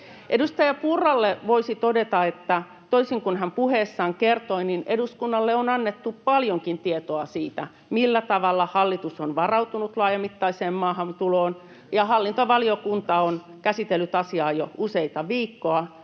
Edustaja Purralle voisi todeta, että toisin kuin hän puheessaan kertoi, eduskunnalle on annettu paljonkin tietoa siitä, millä tavalla hallitus on varautunut laajamittaiseen maahantuloon. [Jussi Halla-aho: Kyse oli esityksistä!] Hallintovaliokunta on käsitellyt asiaa jo useita viikkoja,